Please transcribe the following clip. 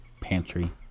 pantry